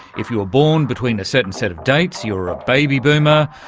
if you were born between a certain set of dates you're a baby boomer,